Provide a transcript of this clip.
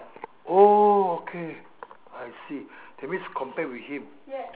oh okay I see that means compare with him